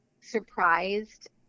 surprised